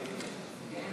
יש לנו